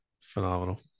phenomenal